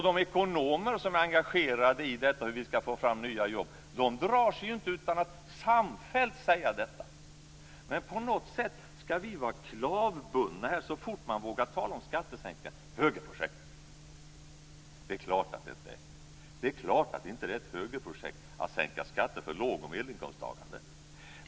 De ekonomer som är engagerade i hur vi skall få fram nya jobb drar sig inte för att samfällt säga detta. På något sätt skall vi vara klavbundna. Så fort man vågar tala om skattesänkningar kallas det högerprojekt. Det är klart att det inte är ett högerprojekt att sänka skatter för låg och medelinkomsttagare.